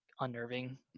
unnerving